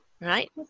right